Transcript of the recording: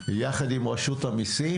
יחד עם רשות המיסים,